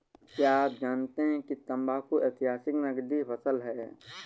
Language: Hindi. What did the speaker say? क्या आप जानते है तंबाकू ऐतिहासिक नकदी फसल है